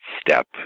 step